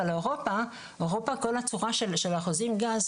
אבל אירופה כל הצורה של החוזי גז,